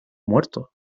muerto